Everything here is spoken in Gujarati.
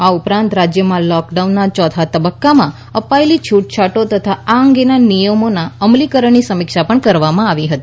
આ ઉપરાંત રાજ્યમાં લૉકડાઉનના ચોથા તબક્કામાં અપાયેલી છૂટછાટો તથા આ અંગેના નિયમોના અમલીકરણની સમીક્ષા કરવામાં આવી હતી